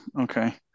okay